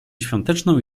świąteczną